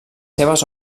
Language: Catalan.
seves